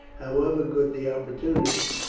however good the opportunity.